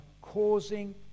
causing